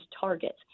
targets